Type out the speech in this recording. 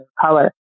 color